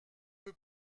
peu